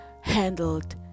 handled